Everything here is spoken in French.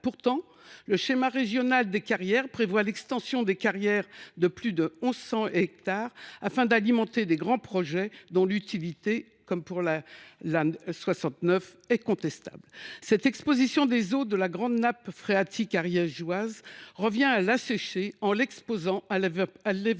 Pourtant, le schéma régional des carrières prévoit l’extension des carrières de plus de 1 100 hectares afin d’alimenter de grands projets dont l’utilité, comme pour l’A69, est contestable. Cette exposition des eaux de la grande nappe phréatique ariégeoise revient à l’assécher en l’exposant à évaporation.